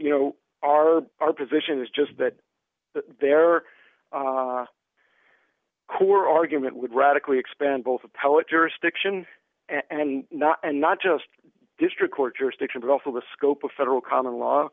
you know our our position is just that there are core argument would radically expand both appellate jurisdiction and not and not just district court jurisdiction but also the scope of federal common law